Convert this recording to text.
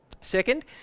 second